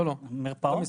המרפאות.